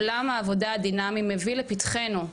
עולם העבודה הדינמי מביא לפתחנו,